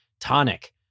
tonic